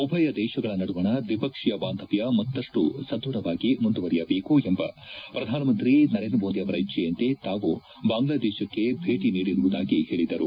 ಉಭಯ ದೇಶಗಳ ನಡುವಣ ದ್ವಿಪಕ್ಷೀಯ ಬಾಂಧವ್ಯ ಮತ್ತಷ್ಟು ಸದೃಢವಾಗಿ ಮುಂದುವರೆಯಬೇಕು ಎಂಬ ಪ್ರಧಾನಮಂತ್ರಿ ನರೇಂದ್ರ ಮೋದಿ ಅವರ ಇಚ್ಚೆಯಂತೆ ತಾವು ಬಾಂಗ್ಲಾದೇಶಕ್ಕೆ ಭೇಟ ನೀಡಿರುವುದಾಗಿ ಹೇಳಿದರು